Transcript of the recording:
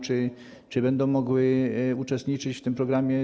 Czy będą mogły uczestniczyć w tym programie?